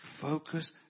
focus